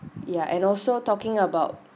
ya and also talking about